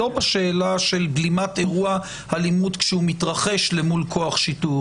לא בשאלה של בלימת אירוע אלימות כשהוא מתרחש למול כוח שיטור.